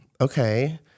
okay